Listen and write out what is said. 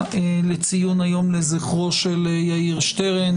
לדיון היום לציון לזכרו של יאיר שטרן